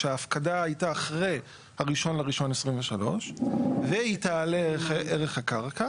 שההפקדה הייתה אחרי ה-1.1.2023 והיא תעלה את ערך הקרקע